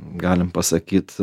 galim pasakyt